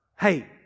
hey